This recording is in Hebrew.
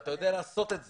ואתה יודע לעשות את זה.